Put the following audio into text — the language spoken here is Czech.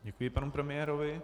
Děkuji panu premiérovi.